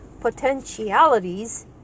potentialities